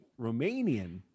Romanian